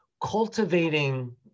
cultivating